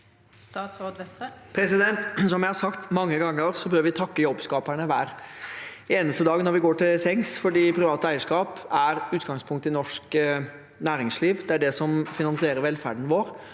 Som jeg har sagt mange ganger, bør vi takke jobbskaperne hver eneste kveld vi går til sengs, for privat eierskap er utgangspunktet i norsk næringsliv. Det er det som finansierer velferden vår,